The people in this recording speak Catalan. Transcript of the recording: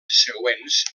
següents